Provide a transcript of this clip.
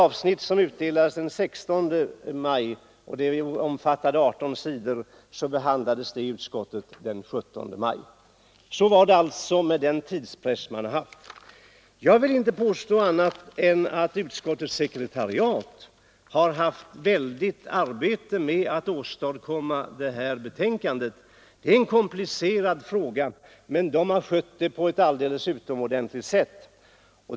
Avsnittet som utdelades den 16 maj, omfattande 18 sidor, behandlades i utskottet den 17 maj. Så var det alltså med den tidspress man haft. Jag vill inte påstå annat än att utskottets sekretariat har haft ett väldigt arbete med att åstadkomma det här betänkandet. Det är en komplicerad fråga, men sekretariatet har skött arbetet på ett alldeles utomordentligt sätt.